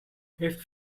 heeft